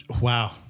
wow